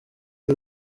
ari